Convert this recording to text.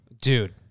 Dude